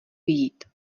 vyjít